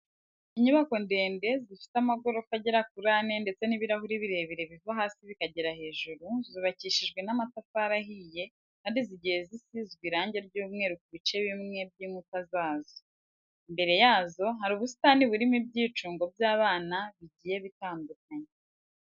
Inyubako ndende zifite amagorofa agera kuri ane ndetse n'ibirahure birebire biva hasi bikagera hejuru, zubakishijwe amatafari ahiye kandi zigiye zisizwe irange ry'umweru ku bice bimwe by'inkuta zazo. Imbere yazo hari ubusitani burimo ibyicungo by'abana bigiye bitandukanye.